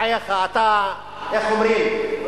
בחייך, אתה, איך אומרים?